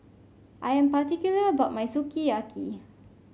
I am particular about my Sukiyaki